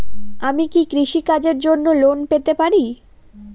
আমি কি কৃষি কাজের জন্য লোন পেতে পারি?